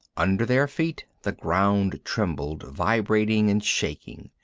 under their feet the ground trembled, vibrating and shaking.